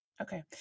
Okay